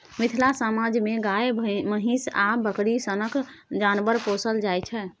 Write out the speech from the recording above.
मिथिला समाज मे गाए, महीष आ बकरी सनक जानबर पोसल जाइ छै